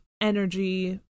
energy